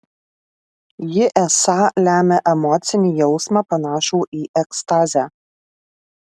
ji esą lemia emocinį jausmą panašų į ekstazę